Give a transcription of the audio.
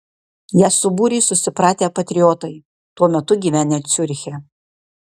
ją subūrė susipratę patriotai tuo metu gyvenę ciuriche